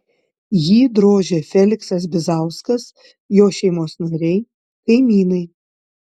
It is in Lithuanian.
jį drožė feliksas bizauskas jo šeimos nariai kaimynai